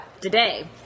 today